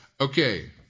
Okay